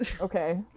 okay